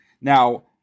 Now